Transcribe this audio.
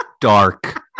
Dark